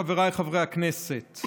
חבריי חברי הכנסת,